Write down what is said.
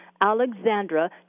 Alexandra